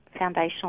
Foundational